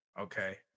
Okay